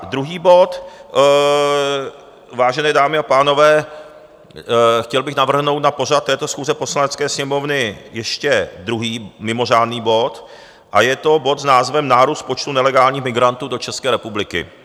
Druhý bod, vážené dámy a pánové, chtěl bych navrhnout na pořad této schůze Poslanecké sněmovny ještě druhý mimořádný bod a je to bod s názvem Nárůst počtu nelegálních migrantů do České republiky.